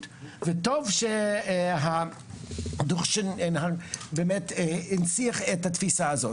וטוב שדוח שנהר הנציח את התפיסה הזאת.